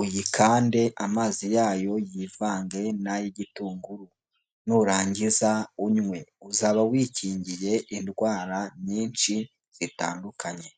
uyikande amazi yayo yivange n'ay'igitunguru, nurangiza unywe uzaba wikingiye indwara nyinshi zitandukanye.